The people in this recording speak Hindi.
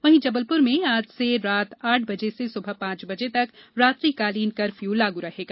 वहीं जबलपुर में आज से रात आठ बजे से सुबह पांच बजे तक रात्रिकालीन कर्फ्यू लागू रहेगा